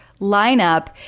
lineup